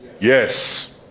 Yes